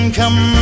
come